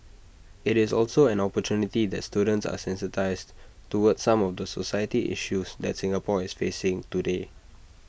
IT is also an opportunity that students are sensitised towards some of the society issues that Singapore is facing today